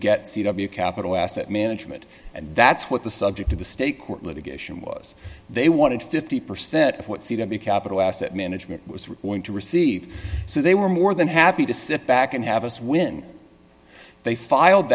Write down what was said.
w capital asset management and that's what the subject of the state court litigation was they wanted fifty percent of what c to be capital asset management was going to receive so they were more than happy to sit back and have us when they filed